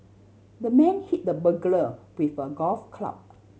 the man hit the burglar with a golf club